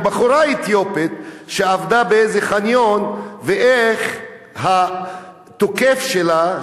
עם בחורה אתיופית שעבדה באיזה חניון והתוקף שלה,